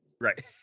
Right